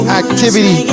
activity